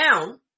down